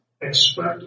Expect